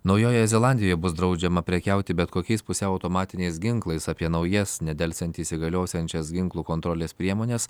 naujojoje zelandijoje bus draudžiama prekiauti bet kokiais pusiau automatiniais ginklais apie naujas nedelsiant įsigaliosiančias ginklų kontrolės priemones